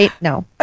No